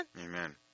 Amen